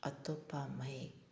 ꯑꯇꯣꯞꯄ ꯃꯩ